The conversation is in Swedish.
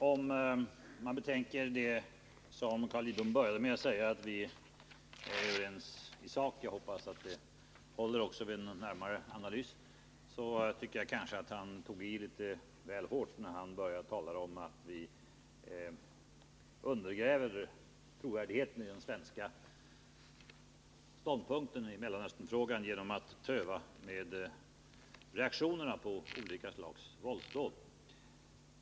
Om man betänker det som Carl Lidbom började med att säga, nämligen att vi är överens i sak — jag hoppas det uttalandet håller också vid en närmare analys — tycker jag att han tog i litet väl hårt när han började tala om att vi undergräver trovärdigheten i den svenska ståndpunkten i Mellanösternfrågan genom att töva med reaktionerna på olika slags våldsbrott.